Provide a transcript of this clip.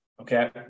Okay